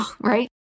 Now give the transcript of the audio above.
right